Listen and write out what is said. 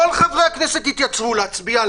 כל חברי הכנסת התייצבו להצביע.